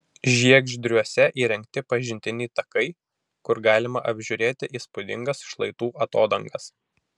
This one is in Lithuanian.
žiegždriuose įrengti pažintiniai takai kur galima apžiūrėti įspūdingas šlaitų atodangas